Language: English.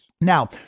Now